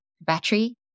battery